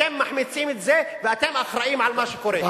אתם מחמיצים את זה ואתם אחראים למה שקורה.